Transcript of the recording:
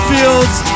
Fields